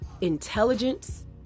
intelligence